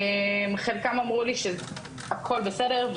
חלקם אמרו לי שהכל בסדר,